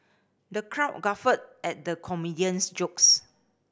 the crowd guffawed at the comedian's jokes